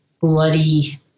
bloody